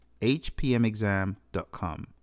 hpmexam.com